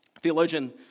theologian